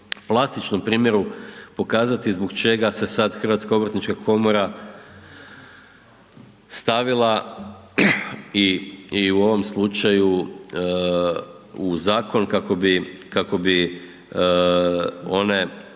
plastičnom pitanju pokazati zbog čega se sad HGK stavila i u ovom slučaju u zakon kako bi,